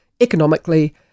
economically